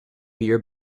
beer